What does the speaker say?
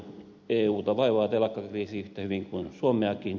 euta vaivaa telakkakriisi yhtä hyvin kuin suomeakin